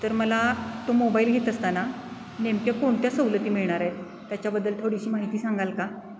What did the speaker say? तर मला तो मोबाईल घेत असताना नेमक्या कोणत्या सवलती मिळणार आहेत त्याच्याबद्दल थोडीशी माहिती सांगाल का